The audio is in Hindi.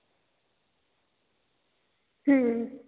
रिक्वेस्ट है आपसे आपसे रिक्वेस्ट जित